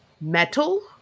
metal